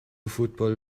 football